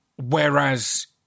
whereas